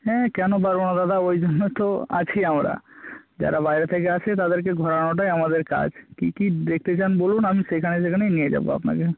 হ্যাঁ কেন পারব না দাদা ওই জন্য তো আছি আমরা যারা বাইরে থেকে আসে তাদেরকে ঘোরানোটাই আমাদের কাজ কী কী দেখতে চান বলুন আমি সেখানে সেখানেই নিয়ে যাব আপনাকে